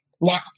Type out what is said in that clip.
Now